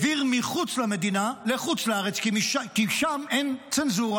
העביר מחוץ למדינה, לחוץ לארץ, כי שם אין צנזורה,